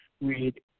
read